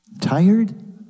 tired